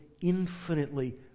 infinitely